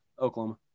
Oklahoma